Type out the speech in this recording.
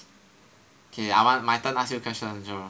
okay I want my turn to ask you a question Jerome